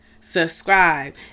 subscribe